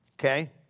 Okay